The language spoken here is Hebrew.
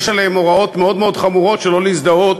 יש עליהם הוראות מאוד מאוד חמורות שלא להזדהות